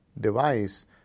device